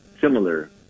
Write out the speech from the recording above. similar